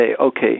okay